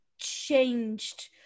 changed